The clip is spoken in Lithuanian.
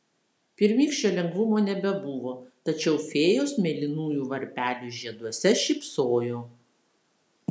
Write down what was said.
pirmykščio lengvumo nebebuvo tačiau fėjos mėlynųjų varpelių žieduose šypsojo